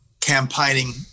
campaigning